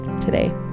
today